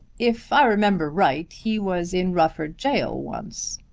if i remember right he was in rufford gaol once,